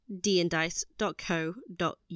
dandice.co.uk